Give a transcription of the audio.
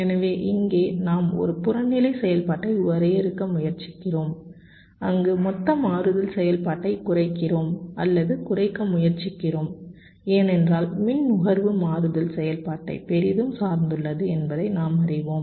எனவே இங்கே நாம் ஒரு புறநிலை செயல்பாட்டை வரையறுக்க முயற்சிக்கிறோம் அங்கு மொத்த மாறுதல் செயல்பாட்டைக் குறைக்கிறோம் அல்லது குறைக்க முயற்சிக்கிறோம் ஏனென்றால் மின் நுகர்வு மாறுதல் செயல்பாட்டை பெரிதும் சார்ந்துள்ளது என்பதை நாம் அறிவோம்